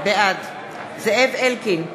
בעד זאב אלקין,